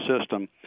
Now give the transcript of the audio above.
system